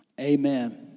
Amen